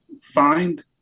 find